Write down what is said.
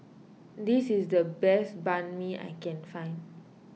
this is the best Banh Mi I can find